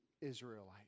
Israelite